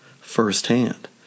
firsthand